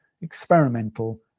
experimental